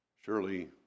Surely